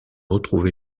retrouver